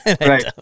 right